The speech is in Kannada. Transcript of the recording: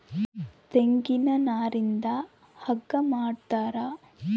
ತೆಂಗಿನ ನಾರಿಂದ ಹಗ್ಗ ಮಾಡ್ತಾರ